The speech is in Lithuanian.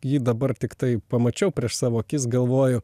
jį dabar tiktai pamačiau prieš savo akis galvoju